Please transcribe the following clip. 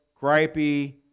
gripey